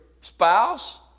spouse